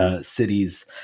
cities